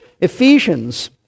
Ephesians